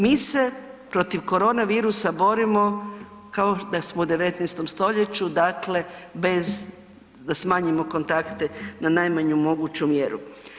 Mi se protiv koronavirusa borimo kao da smo u 19. st., dakle bez, da smanjimo kontakte na najmanju moguću mjeru.